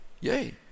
Yay